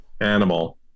animal